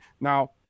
Now